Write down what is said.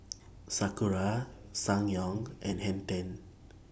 Sakura Ssangyong and Hang ten